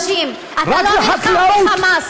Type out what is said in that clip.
אתה נלחם באנשים, אתה לא נלחם ב"חמאס".